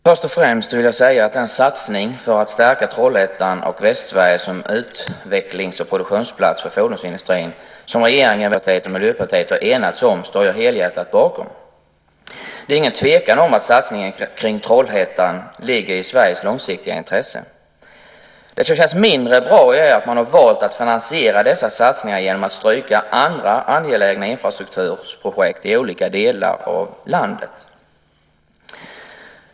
Herr talman! Först och främst vill jag säga att jag står helhjärtat bakom den satsning på att stärka Trollhättan och Västsverige som utvecklings och produktionsplats för fordonsindustrin som regeringen, Vänsterpartiet och Miljöpartiet har enats om. Det råder ingen tvekan om att satsningen på Trollhättan ligger i Sveriges långsiktiga intresse. Det som känns mindre bra är att man har valt att finansiera dessa satsningar genom att stryka andra angelägna infrastrukturprojekt i olika delar av landet.